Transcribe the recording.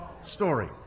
story